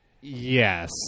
Yes